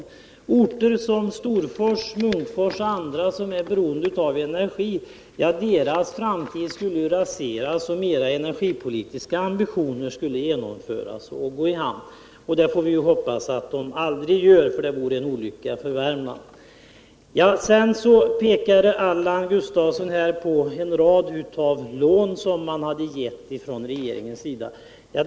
Framtiden för orter som Storfors, Munkfors och andra som är beroende av energi skulle raseras om era energipolitiska ambitioner skulle gå i hamn. Det får vi hoppas att de aldrig gör, för det vore en olycka för Värmland. Sedan pekade Allan Gustafsson på en rad lån som regeringen hade gett.